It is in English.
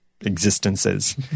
existences